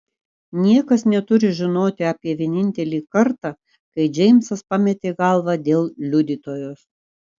niekas neturi žinoti apie vienintelį kartą kai džeimsas pametė galvą dėl liudytojos